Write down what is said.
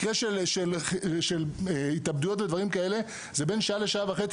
מקרה של התאבדויות ודברים כאלה זה בין שעה לשעה וחצי,